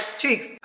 cheeks